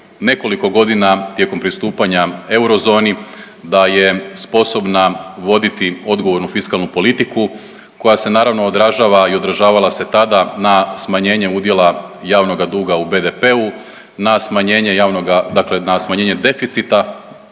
nekoliko godina tijekom pristupanja eurozoni da je sposobna voditi odgovornu fiskalnu politiku koja se naravno odražava i odražavala se tada na smanjenje udjela javnoga duga u BDP-u, na smanjenje javnoga, dakle na smanjenje deficita,